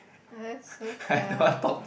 sia